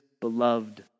beloved